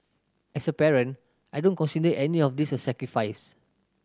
as a parent I don't consider any of this a sacrifice